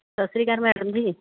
ਸਤਿ ਸ਼੍ਰੀ ਅਕਾਲ ਮੈਡਮ ਜੀ